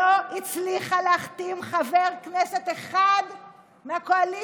לא הצליחה להחתים חבר כנסת אחד מהקואליציה.